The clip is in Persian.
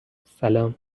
سلام